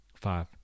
five